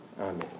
Amen